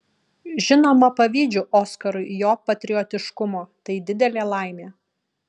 žinoma pavydžiu oskarui jo patriotiškumo tai didelė laimė